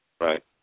Right